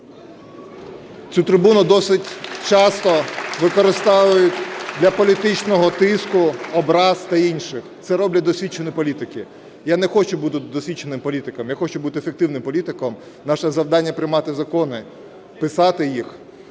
Цю трибуну досить часто використовують для політичного тиску, образ та інших. Це роблять досвідчені політики. Я не хочу бути досвідченим політиком, я хочу бути ефективним політиком. Наше завдання – приймати закони, писати їх